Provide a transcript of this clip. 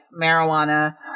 marijuana